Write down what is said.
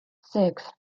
six